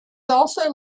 also